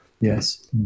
Yes